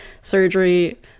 surgery